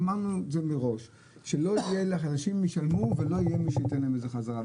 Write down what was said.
אמרנו לך מראש שאנשים ישלמו ולא יהיה מי שייתן להם חזרה.